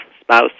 spouse